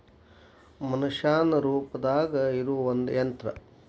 ಮನಷ್ಯಾನ ರೂಪದಾಗ ಇರು ಒಂದ ಯಂತ್ರ